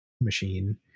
machine